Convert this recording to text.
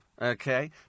okay